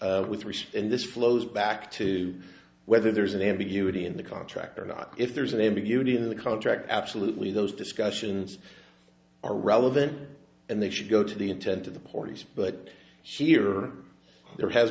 contract with respect and this flows back to whether there's an ambiguity in the contract or not if there's an ambiguity in the contract absolutely those discussions are relevant and they should go to the intent of the parties but she or there has